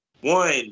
one